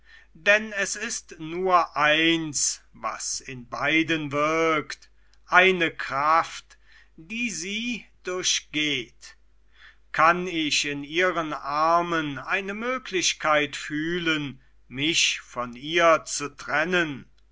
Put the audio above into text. denn es ist nur eins was in beiden wirkt eine kraft die sie durchgeht kann ich in ihren armen eine möglichkeit fühlen mich von ihr zu trennen